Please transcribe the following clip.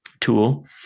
tool